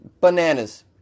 Bananas